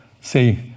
say